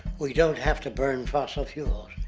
we don't have to burn fossil fuels.